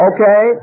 Okay